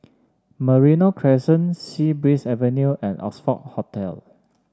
Merino Crescent Sea Breeze Avenue and Oxford Hotel